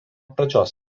pradžios